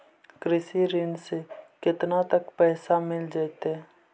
कृषि ऋण से केतना तक पैसा मिल जइतै?